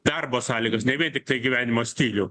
darbo sąlygas ne vien tiktai gyvenimo stilių